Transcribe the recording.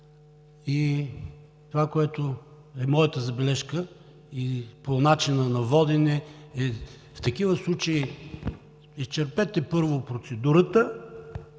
Това, което е моята забележка по начина на водене: в такива случаи изчерпайте, първо, процедурата,